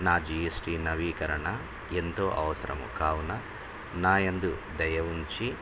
నా G S T నవీకరణ ఎంతో అవసరము కావున నాయందు దయవుంచి